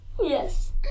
Yes